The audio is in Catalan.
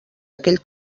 aquell